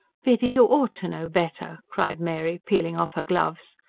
biddy, you ought to know better! cried mary peeling off her gloves.